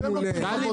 זה התפקיד שלכם.